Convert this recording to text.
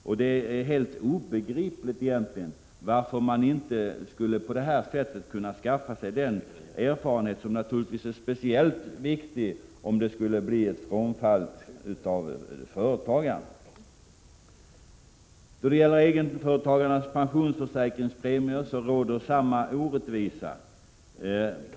Det är egentligen helt obegripligt varför man inte i makens företag skulle kunna skaffa sig den erfarenhet som naturligtvis är speciellt viktig i händelse av företagarens frånfälle. Då det gäller egenföretagarnas pensionsförsäkringspremier råder samma orättvisa.